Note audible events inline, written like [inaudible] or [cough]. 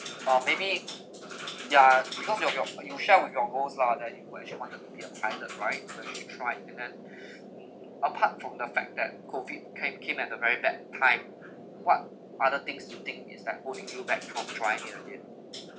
or maybe ya because your your you share with your goals lah that you were actually want to be a pilot right so should try it and then [breath] mm apart from the fact that COVID came came at a very bad time what other things do you think is that holding you back from trying it again